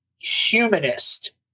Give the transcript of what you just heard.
humanist